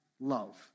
love